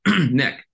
Nick